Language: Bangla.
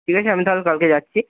ঠিক আছে আমি তাহলে কালকে যাচ্ছি